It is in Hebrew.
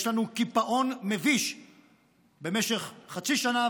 יש לנו קיפאון מביש במשך חצי שנה,